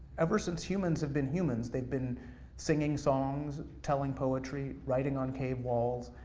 ever since humans have been humans, they've been singing songs, telling poetry writing on cave walls,